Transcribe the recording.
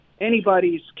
Anybody's